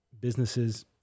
businesses